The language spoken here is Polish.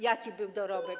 Jaki był dorobek?